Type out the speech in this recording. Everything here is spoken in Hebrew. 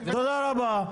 תודה הרבה.